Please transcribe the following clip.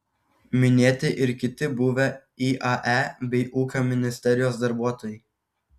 minėti ir kiti buvę iae bei ūkio ministerijos darbuotojai